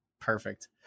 perfect